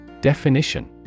Definition